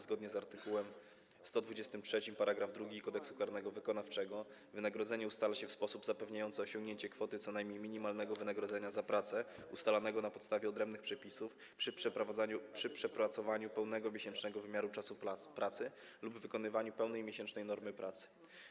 Zgodnie z art. 123 § 2 Kodeksu karnego wykonawczego wynagrodzenie ustala się w sposób zapewniający osiągnięcie kwoty co najmniej minimalnego wynagrodzenia za pracę, ustalanego na podstawie odrębnych przepisów, przy przepracowaniu pełnego miesięcznego wymiaru czasu pracy lub wykonywaniu pełnej miesięcznej normy pracy.